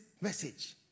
message